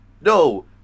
No